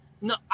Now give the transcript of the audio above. No